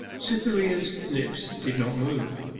cytherea's lips did not move,